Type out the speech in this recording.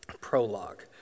prologue